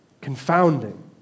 confounding